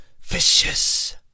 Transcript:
vicious